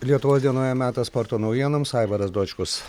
lietuvos dienoje metas sporto naujienoms aivaras dočkus